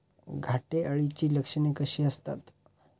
घाटे अळीची लक्षणे कशी असतात?